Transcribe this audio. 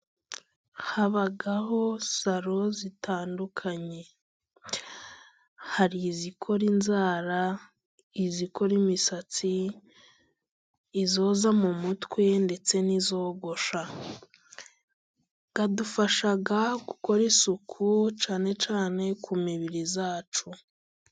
Habaho salo zitandukanye. Hari izikora inzara, izikora imisatsi, izoza mu mutwe ndetse n'izogosha . Zidufasha gukora isuku cyane cyane ku mibiri yacu.